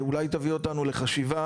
אולי תביא אותנו לחשיבה,